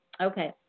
Okay